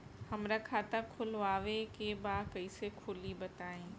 हमरा खाता खोलवावे के बा कइसे खुली बताईं?